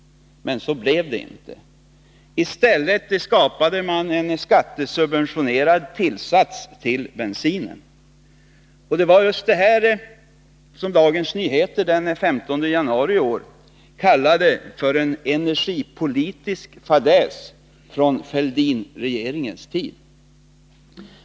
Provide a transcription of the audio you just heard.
Men så blev det inte. I stället skapade man en skattesubventionerad tillsats till bensin. Det var just detta som Dagens Nyheter den 15 januari i år kallade för en energipolitisk fadäs från Fälldinregeringens tid.